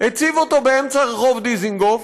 הציב אותו באמצע רחוב דיזנגוף,